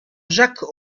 jacques